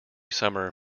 summer